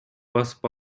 басып